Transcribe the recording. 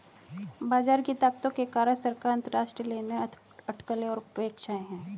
बाजार की ताकतों के कारक सरकार, अंतरराष्ट्रीय लेनदेन, अटकलें और अपेक्षाएं हैं